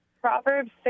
Proverbs